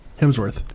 Hemsworth